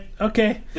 okay